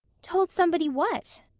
told somebody what?